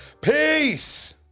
Peace